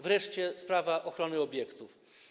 Wreszcie sprawa ochrony obiektów.